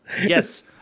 yes